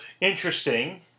Interesting